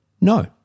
No